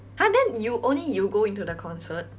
!huh! then you only you go into the concert